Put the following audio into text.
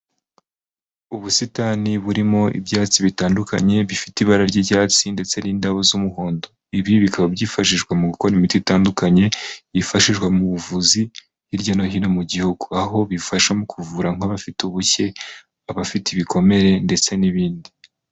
Ubusitani burimo ibyatsi bitandukanye bifite ibara ry'icyatsi ndetse n'indabo z'umuhondo. Ibi bikaba byifashishwa mu gukora imiti itandukanye yifashishwa mu buvuzi hirya no hino mu Gihugu. Aho bifasha mu kuvura nk'abafite ubushye, abafite ibikomere, ndetse n'ibindi.